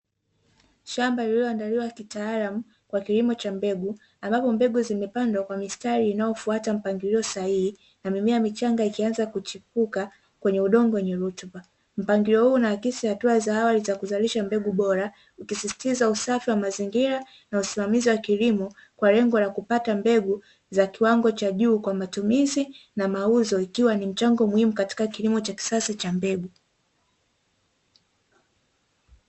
Shamba lililo andaliwa kitaalamu kwa kilimo cha mbegu ambapo mbegu zimepandwa kwa kufata mpangilio sahihi na mimea michanga ikianza kuchipuka kwenye udogo wenye rutba mpangilio huu unaakisi hatua za awali zakuzalisha mbegu bora ikisisitiza usafi wa mazingira na usimamizi wa kilimo kwa lengo la kupata mbegu za kiwango cha juu kwa matumizi, na mauzo ikiwa ni mchango muhimu katika kilimo cha kisasa cha mbegu.